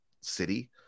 city